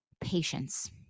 Patience